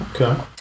okay